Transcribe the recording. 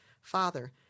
father